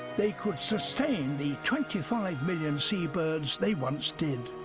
they could sustain the twenty five million seabirds they once did.